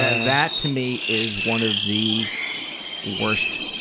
that, to me, is one of the worst